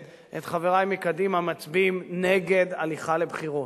את חברי מקדימה מצביעים נגד הליכה לבחירות.